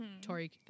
Tori